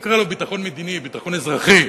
נקרא לו ביטחון מדיני, ביטחון אזרחי,